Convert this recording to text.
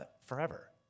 forever